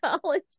college